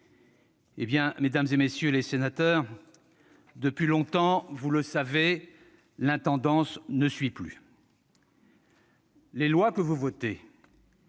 Eh bien, mesdames, messieurs, depuis longtemps, vous le savez, l'intendance ne suit plus !« Les lois que vous votez,